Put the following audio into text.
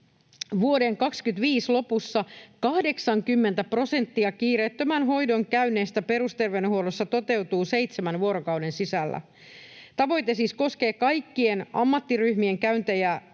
vuoden 25 lopussa 80 prosenttia kiireettömän hoidon käynneistä perusterveydenhuollossa toteutuu seitsemän vuorokauden sisällä. Tavoite siis koskee kaikkien ammattiryhmien käyntejä